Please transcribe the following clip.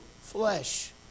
flesh